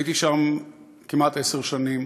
הייתי שם כמעט עשר שנים